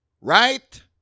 right